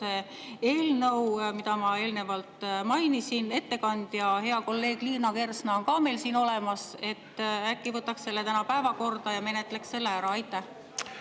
eelnõu, mida ma eelnevalt mainisin. Ettekandja, hea kolleeg Liina Kersna on ka meil siin olemas. Äkki võtaks selle täna päevakorda ja menetleks ära? Aitäh!